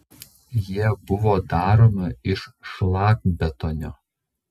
jie buvo daromi iš šlakbetonio